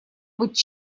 быть